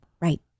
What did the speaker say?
Right